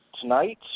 Tonight